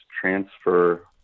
transfer